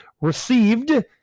received